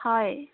হয়